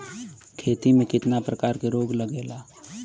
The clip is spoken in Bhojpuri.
खेती में कितना प्रकार के रोग लगेला?